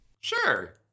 Sure